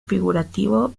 figurativo